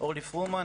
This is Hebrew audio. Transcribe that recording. אורלי פרומן.